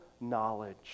knowledge